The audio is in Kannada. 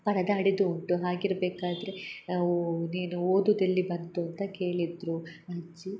ಪರದಾಡಿದ್ದು ಉಂಟು ಹಾಗಿರ್ಬೇಕಾದರೆ ಅವು ನೀನು ಓದುದೆಲ್ಲಿ ಬಂತು ಅಂತ ಕೇಳಿದರು ಅಜ್ಜಿ